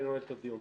אני נועל את הדיון.